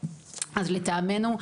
אז לטעמנו,